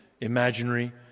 imaginary